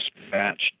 dispatch